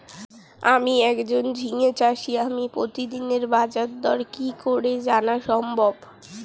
আমি একজন ঝিঙে চাষী আমি প্রতিদিনের বাজারদর কি করে জানা সম্ভব?